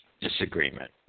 disagreement